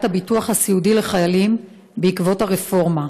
הביטוח הסיעודי לחיילים בעקבות הרפורמה.